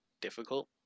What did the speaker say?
difficult